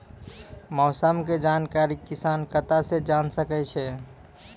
मौसम के जानकारी किसान कता सं जेन सके छै?